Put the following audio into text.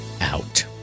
out